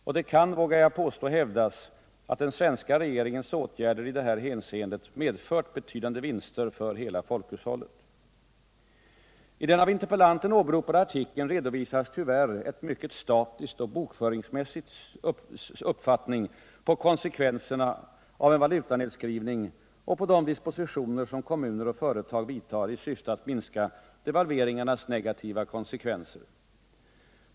Och det kan — vågar jag påstå — hävdas att den svenska regeringens åtgärder i detta hänseende medfört betydande vinster för hela folkhushållet. 1 den av interpellanten åberopade artikeln redovisas tyvärr en mycket statisk och bokföringsmässig uppfattning om konsekvenserna av en valutanedskrivning och om de dispositioner som kommuner och företag vidtar i syfte att minska devalveringarnas negativa konsekvenser.